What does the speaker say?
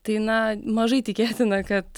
tai na mažai tikėtina kad